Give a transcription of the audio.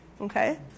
okay